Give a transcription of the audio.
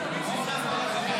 התקבל.